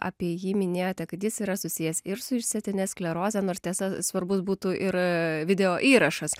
apie jį minėjote kad jis yra susijęs ir su išsėtine skleroze nors tiesa svarbus būtų ir video įrašas